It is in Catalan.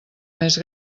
més